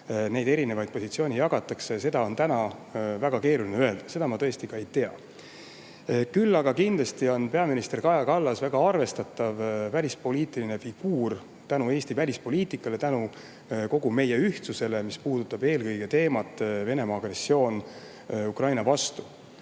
perekondade vahel positsioone jagatakse, on täna väga keeruline öelda. Seda ma tõesti ei tea. Küll aga on peaminister Kaja Kallas kindlasti väga arvestatav välispoliitiline figuur tänu Eesti välispoliitikale ja meie ühtsusele, mis puudutab eelkõige teemat Venemaa agressioon Ukraina vastu.